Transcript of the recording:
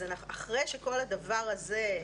אז אחרי שכל הדבר הזה,